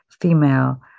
female